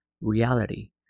reality